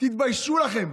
תתביישו לכם.